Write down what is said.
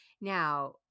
Now